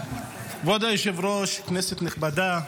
כבוד היושב-ראש, כנסת נכבדה,